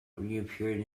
reappeared